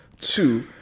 Two